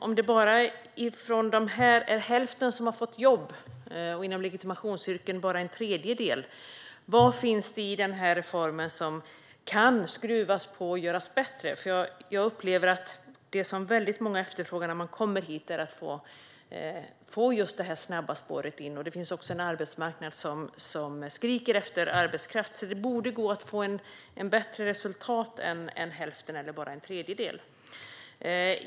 Om det bara är hälften av dessa som har fått jobb och bara en tredjedel inom legitimationsyrken undrar jag: Vad finns det i denna reform som man kan skruva på och göra bättre? Jag upplever att det som väldigt många efterfrågar när de kommer hit är just det snabba spåret in. Det finns också en arbetsmarknad som skriker efter arbetskraft. Det borde gå att få ett bättre resultat än hälften eller bara en tredjedel.